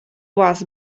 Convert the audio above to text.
вас